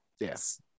Yes